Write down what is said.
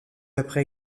après